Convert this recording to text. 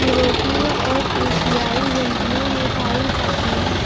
यूरोपीय और एशियाई व्यंजनों में पाई जाती है